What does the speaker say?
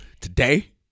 today